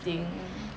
mm